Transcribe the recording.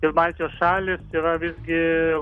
ir baltijos šalys yra visgi